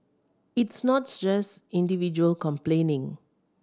it's not just individual complaining